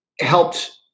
helped